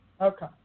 Okay